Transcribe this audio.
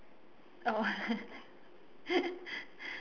oh